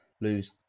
lose